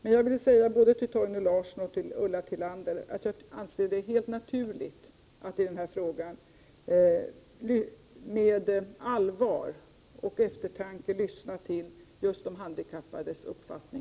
Men jag ville säga till både Torgny Larsson och Ulla Tillander att jag anser det helt naturligt att i denna fråga med allvar och eftertanke lyssna till just de handikappades uppfattning.